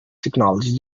technology